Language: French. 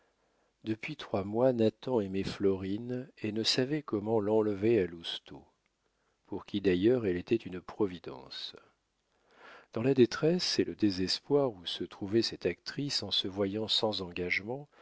depuis trois mois nathan aimait florine et ne savait comment l'enlever à lousteau pour qui d'ailleurs elle était une providence dans la détresse et le désespoir où se trouvait cette actrice en se voyant sans engagement